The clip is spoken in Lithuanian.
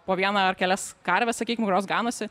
po vieną ar kelias karves sakykim kurios ganosi